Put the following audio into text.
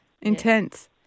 Intense